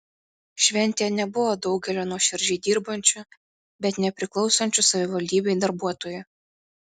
šventėje nebuvo daugelio nuoširdžiai dirbančių bet nepriklausančių savivaldybei darbuotojų